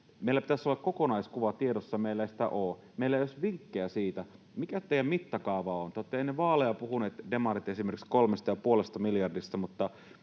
Meillä pitäisi olla kokonaiskuva tiedossa, ja meillä ei sitä ole. Meillä ei ole edes vinkkejä siitä, mikä teidän mittakaavanne on. Te olette ennen vaaleja puhuneet, esimerkiksi demarit, 3,5 miljardista, mutta